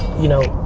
you know,